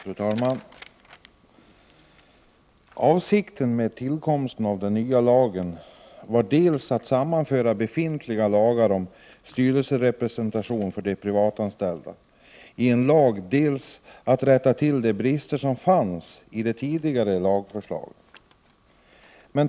Fru talman! Avsikten med tillkomsten av den nya lagen var dels att sammanföra befintliga lagar om styrelserepresentation för de privatanställda i en lag, dels att rätta till de brister som fanns i de tidigare lagförslagen.